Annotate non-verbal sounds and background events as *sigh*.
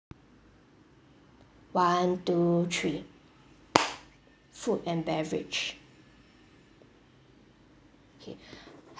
one two three food and beverage okay *breath*